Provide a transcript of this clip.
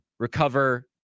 recover